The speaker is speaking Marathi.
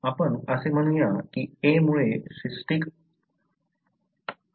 आपण असे म्हणूया की a मुळे सिस्टिक फायब्रोसिस होते